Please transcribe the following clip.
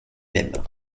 même